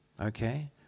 okay